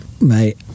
Mate